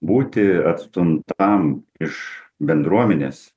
būti atstumtam iš bendruomenės